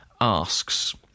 asks